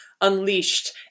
unleashed